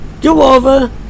do-over